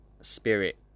spirit